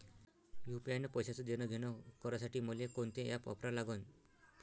UPI न पैशाचं देणंघेणं करासाठी मले कोनते ॲप वापरा लागन?